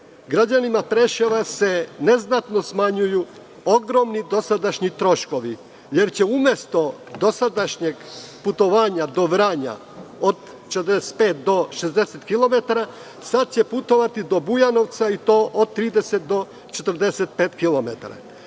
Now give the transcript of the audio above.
građanima Preševa se neznatno smanjuju ogromni dosadašnji troškovi, jer će umesto dosadašnjeg putovanja do Vranja od 45 do 60 km, sada će putovati do Bujanovca, i to od 30 do 45 kilometara. Kada